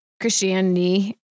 Christianity